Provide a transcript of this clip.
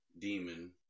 demon